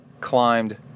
climbed